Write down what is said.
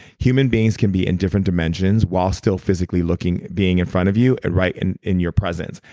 human beings can be in different dimensions while still physically looking being in front of you and right in in your presence.